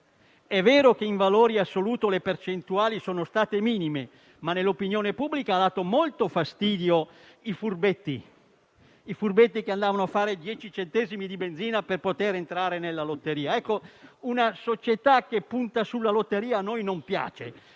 È vero che in valore assoluto le percentuali sono state minime, ma nell'opinione pubblica hanno dato molto fastidio i furbetti che andavano a fare 10 centesimi di benzina per poter entrare nella lotteria. Una società che punta sulla lotteria a noi non piace;